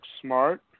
smart